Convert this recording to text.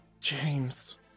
James